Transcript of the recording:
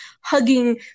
hugging